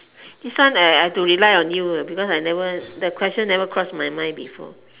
this one I I have to rely on you because I never the question never cross my mind before